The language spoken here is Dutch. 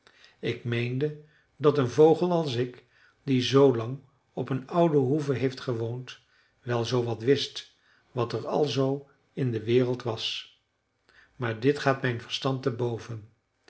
ik meende dat een vogel als ik die zoolang op een oude hoeve heeft gewoond wel zoowat wist wat er alzoo in de wereld was maar dit gaat mijn verstand te boven